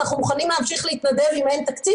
אנחנו מוכנים להמשיך להתנדב אם אין תקציב,